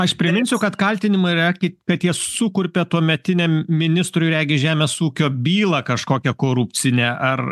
aš priminsiu kad kaltinimai yra kit kad jie sukurpė tuometiniam ministrui regis žemės ūkio bylą kažkokią korupcinę ar